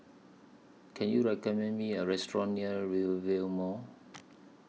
Can YOU recommend Me A Restaurant near Rivervale Mall